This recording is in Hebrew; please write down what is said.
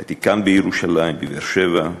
הייתי כאן בירושלים, בבאר-שבע,